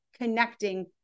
connecting